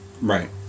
right